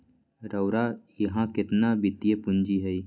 रउरा इहा केतना वित्तीय पूजी हए